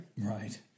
Right